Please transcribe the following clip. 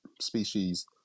species